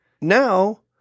now